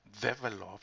develop